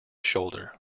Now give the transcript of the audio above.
shoulder